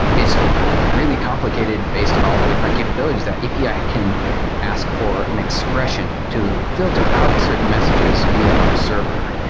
it's really complicated based on all the different capabilities that an api ah can ask for an expression to filter out certain messages via our server.